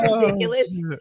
ridiculous